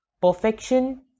Perfection